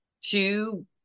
two